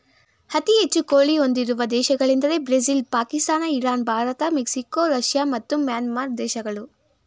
ಅತಿ ಹೆಚ್ಚು ಕೋಳಿ ಹೊಂದಿರುವ ದೇಶಗಳೆಂದರೆ Brazil Pakistan Iran Bharat Mexico Russia ಮತ್ತು ಮ್ಯಾನ್ಮಾರ್ ದೇಶಗಳು